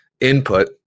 input